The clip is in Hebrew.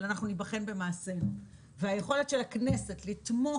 אבל אנחנו ניבחן במעשינו והיכולת של הכנסת לתמוך